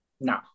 no